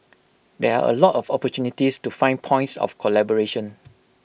there are A lot of opportunities to find points of collaboration